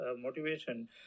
motivation